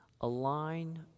align